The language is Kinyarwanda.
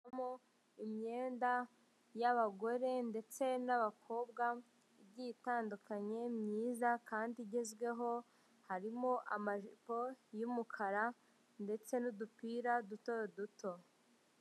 Harimo imyenda y'abagore ndetse n'abakobwa igiye itandukanye myiza kandi igezweho harimo amajipo y'umukara ndetse n'udupira duto duto.